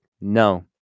No